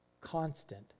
constant